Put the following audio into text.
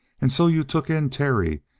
and so you took in terry,